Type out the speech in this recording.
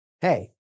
hey